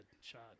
shot